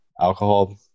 alcohol